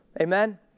Amen